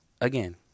Again